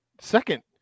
second